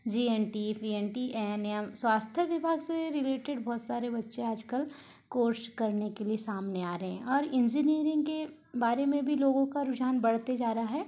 GNT पीएनटीएन या स्वास्थ्य विभाग से रिलेटेड बहुत सारे बच्चे आजकल कोर्स करने के लिए सामने आ रहे हैं और इंजीनियरिंग के बारे में भी लोगों का रुझान बढ़ते जा रहा है